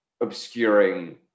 obscuring